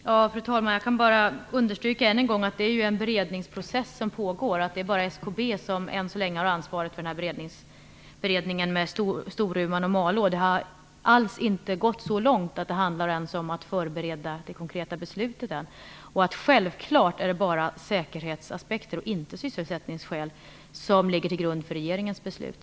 Fru talman! Jag kan bara än en gång understryka att en beredningsprocess pågår. Det är än så länge bara SKB som har ansvaret för beredningen när det gäller Storuman och Malå. Det har ännu inte gått så långt att det ens handlar om att förbereda det konkreta beslutet. Självfallet är det bara säkerhetsaspekter - inte sysselsättningsskäl - som ligger till grund för regeringens beslut.